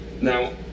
Now